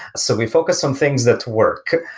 so we focus on things that work.